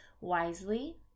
wisely